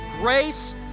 grace